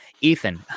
Ethan